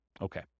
Okay